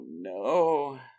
no